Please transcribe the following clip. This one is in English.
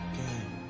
game